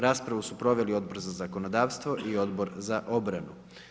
Raspravu su proveli Odbor za zakonodavstvo i Odbor za obranu.